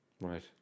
Right